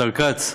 השר כץ,